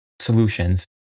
solutions